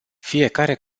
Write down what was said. fiecare